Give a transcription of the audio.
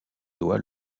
doit